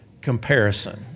comparison